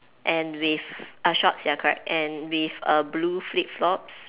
and with uh shorts ya correct and with a blue flip flops